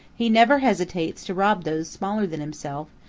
he never hesitates to rob those smaller than himself,